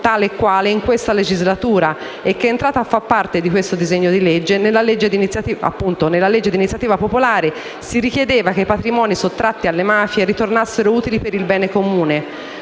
tale e quale, in questa legislatura e che è entrata a far parte di questo disegno di legge. Nella legge di iniziativa popolare si richiedeva che i patrimoni sottratti alle mafie ritornassero utili al bene comune,